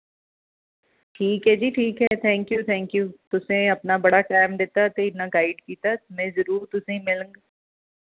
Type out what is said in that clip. ठीक ऐ जी ठीक ऐ थैंक यू थैंक यू तुसें अपना बड़ा टैम दित्ता ते इन्ना गाइड कीत्ता में जरूर तुसेंई मिलंग